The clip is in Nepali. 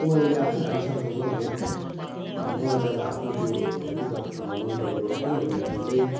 कुमालेले आफ्नै हाँडी सर्काउछ भने जस्तो हो अब मलाई चाहिँ अब आफ्नो त्यो त्यो किताब मनपरेको हो किन भन्दा खेरि चाहिँ